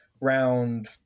round